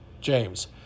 James